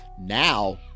now